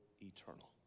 eternal